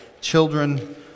children